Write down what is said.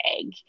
egg